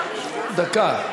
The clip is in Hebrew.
דקה.